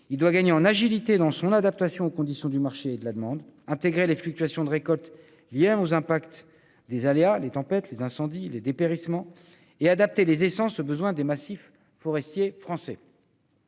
Il doit gagner en agilité dans son adaptation aux conditions du marché et de la demande, intégrer les fluctuations de récoltes liées aux impacts des aléas, comme les tempêtes, les incendies, les dépérissements, et adapter les essences aux besoins des massifs forestiers français.